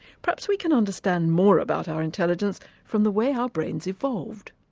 perhaps we can understand more about our intelligence from the way our brains evolved.